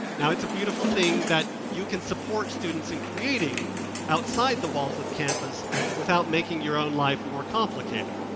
now it's a beautiful thing that you can support students in creating outside the walls of canvass without making your own life more complicated.